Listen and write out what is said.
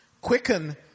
quicken